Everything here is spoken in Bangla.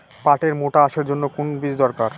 পাটের মোটা আঁশের জন্য কোন বীজ দরকার?